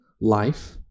life